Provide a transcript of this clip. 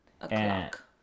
o'clock